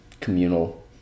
communal